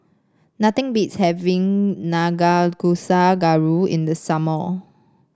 nothing beats having Nanakusa Gayu in the summer